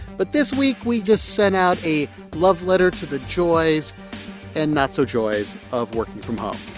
but this week, we just sent out a love letter to the joys and not-so-joys of working from home.